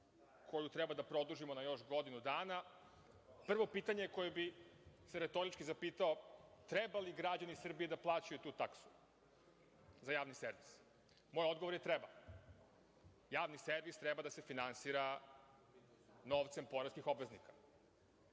koju treba da produžimo na još godinu dana. Prvo pitanje koje bih se retorički zapitao – treba li građani Srbije da plaćaju tu taksu za Javni servis? Moj odgovor je – treba. Javni servis treba da se finansira novcem poreskih obveznika.